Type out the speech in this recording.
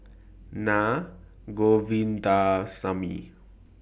Naa Govindasamy